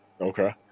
okay